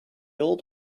old